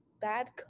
bad